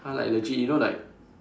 !huh! like legit you know like